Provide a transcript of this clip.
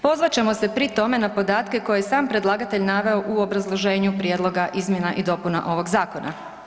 Pozvat ćemo se pri tome na podatke koje je sam predlagatelj naveo u obrazloženju Prijedloga izmjena i dopuna ovoga zakona.